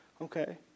okay